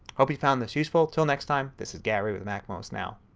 hope you found this useful. until next time this is gary with macmost now.